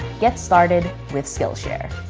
get started with skillshare.